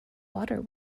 water